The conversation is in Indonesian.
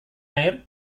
air